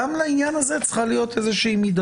שגם לעניין הזה צריכה להיות מידתיות.